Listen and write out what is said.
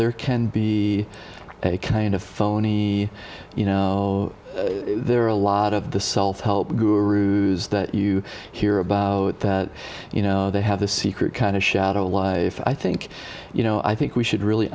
there can be a kind of phony you know there are a lot of the self help gurus that you hear about that you know they have the secret kind of shadow life i think you know i think we should really